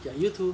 ya you too